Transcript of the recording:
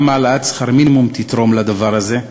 גם העלאת שכר המינימום תתרום לדבר הזה.